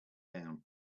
down